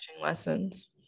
lessons